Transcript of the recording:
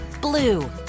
blue